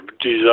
design